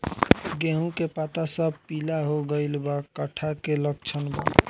गेहूं के पता सब पीला हो गइल बा कट्ठा के लक्षण बा?